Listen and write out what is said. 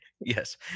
yes